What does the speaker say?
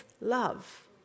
love